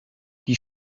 die